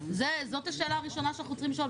זאת השאלה הראשונה שאנחנו צריכים לשאול.